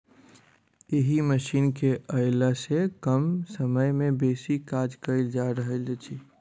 एहि मशीन केअयला सॅ कम समय मे बेसी काज कयल जा रहल अछि